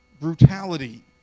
brutality